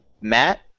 Matt